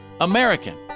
American